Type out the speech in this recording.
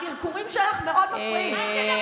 הקרקורים שלך מאוד מפריעים.